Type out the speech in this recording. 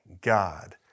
God